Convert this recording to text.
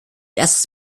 erstes